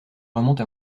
remonte